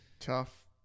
Tough